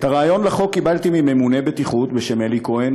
את הרעיון לחוק קיבלתי מממונה בטיחות בשם אלי כהן,